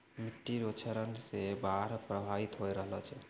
मिट्टी रो क्षरण से बाढ़ प्रभावित होय रहलो छै